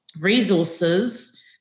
resources